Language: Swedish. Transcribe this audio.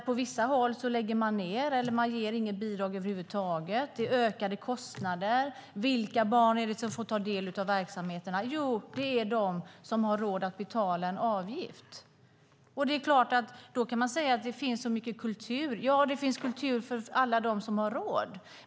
På vissa håll lägger man ned eller ger inget bidrag över huvud taget. Det är ökade kostnader. Vilka barn är det som får ta del av verksamheterna? Jo, det är de som har råd att betala en avgift. Det är klart att man kan säga att det finns så mycket kultur. Ja, det finns kultur för alla dem som har råd.